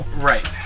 right